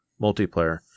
multiplayer